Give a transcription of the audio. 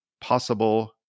possible